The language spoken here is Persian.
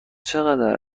چقدر